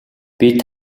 бид